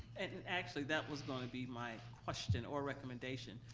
and actually that was gonna be my question or recommendation,